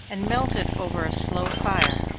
and melt it over a slow fire.